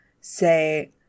say